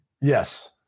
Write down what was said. Yes